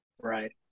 Right